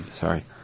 sorry